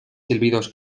silbidos